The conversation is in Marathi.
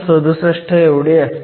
67 असते